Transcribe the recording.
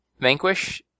Vanquish